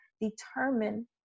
determine